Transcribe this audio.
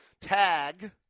Tag